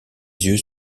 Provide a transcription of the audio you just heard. yeux